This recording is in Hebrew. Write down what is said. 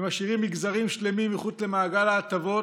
שמשאירים מגזרים שלמים מחוץ למעגל ההטבות,